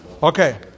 Okay